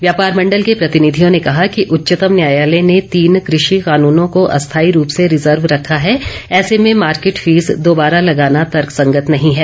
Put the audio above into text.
व्यापार मंडल के प्रतिनिधियों ने कहा कि उच्चतम न्यायालय ने तीन कृषि कानूनों को अस्थायी रूप से रिजर्व रखा है ऐसे में मार्केट फीस दोबारा लगाना तर्क संगत नहीं है